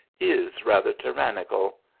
is rather tyrannical.